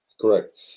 Correct